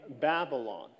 Babylon